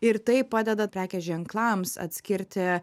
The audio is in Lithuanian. ir tai padeda prekės ženklams atskirti